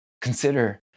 Consider